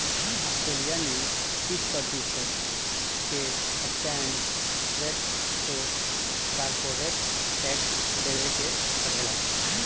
Australia में तीस प्रतिशत के स्टैंडर्ड रेट से कॉरपोरेट टैक्स देबे के पड़ेला